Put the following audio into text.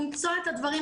למצוא את הדברים.